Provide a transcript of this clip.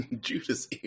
Judas